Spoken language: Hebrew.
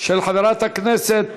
של חברת הכנסת